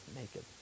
naked